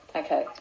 okay